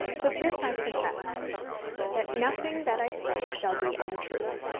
but this i protest that nothing that i say shall be untrue.